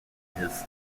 his